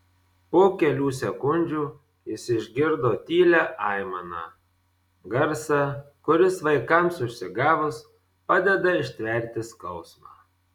po kelių sekundžių jis išgirdo tylią aimaną garsą kuris vaikams užsigavus padeda ištverti skausmą